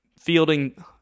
fielding